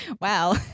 wow